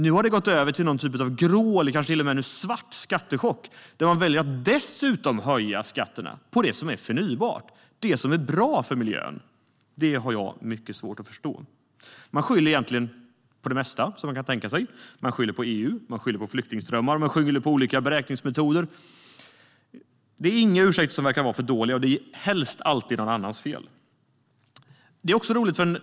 Nu har det gått över till en typ av grå - eller kanske till och med svart - skattechock där man väljer att dessutom höja skatterna på det som är förnybart, det som är bra för miljön. Det har jag mycket svårt att förstå. Man skyller på det mesta. Man skyller på EU, på flyktingströmmar och på olika beräkningsmetoder. Det är ingen ursäkt som anses för dålig, och det är alltid någon annans fel.